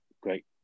great